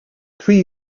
three